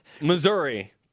Missouri